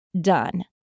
done